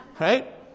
right